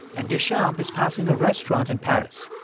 and deschamps is passing a restaurant in paris.